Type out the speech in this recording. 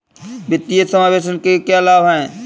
वित्तीय समावेशन के क्या लाभ हैं?